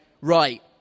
right